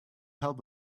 help